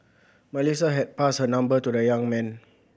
Melissa had passed her number to the young man